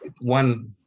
one